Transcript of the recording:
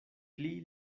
pli